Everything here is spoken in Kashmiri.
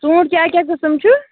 ژوٗنٛٹھۍ کیٛاہ کیٛاہ قٕسٕم چھِ